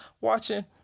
watching